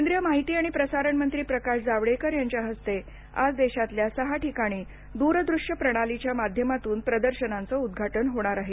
केंद्रीय माहिती आणि प्रसारण मंत्री प्रकाश जावडेकर यांच्या हस्ते आज देशातल्या सहा ठिकाणी दूर दृश्य प्रणालीच्या माध्यमातून प्रदर्शनांचं उद्घाटन होणार आहे